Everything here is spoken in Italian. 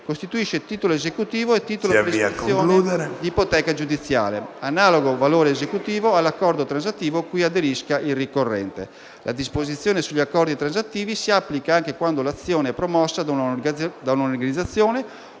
costituisce titolo esecutivo e titolo per l'iscrizione di ipoteca giudiziale. Analogo valore esecutivo ha l'accordo transattivo cui aderisca il ricorrente. La disposizione sugli accordi transattivi si applica anche quando l'azione è promossa da un'organizzazione